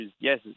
yes